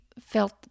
felt